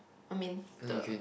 I mean the